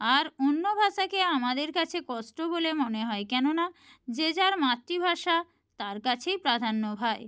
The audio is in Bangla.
আর অন্য ভাষাকে আমাদের কাছে কষ্ট বলে মনে হয় কেননা যে যার মাতৃভাষা তার কাছেই প্রাধান্য হয়